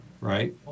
Right